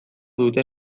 dute